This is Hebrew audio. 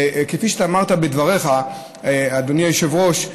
וכפי שאתה אמרת בדבריך, אדוני היושב-ראש,